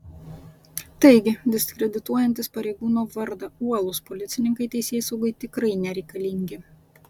taigi diskredituojantys pareigūno vardą uolūs policininkai teisėsaugai tikrai nereikalingi